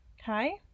hi